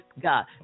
God